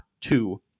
two